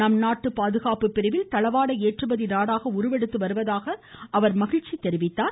நம்நாடு பாதுகாப்பு பிரிவில் தளவாட ஏற்றுமதி நாடாக உருவெடுத்து வருவதாக அவர் மகிழ்ச்சி தெரிவித்தார்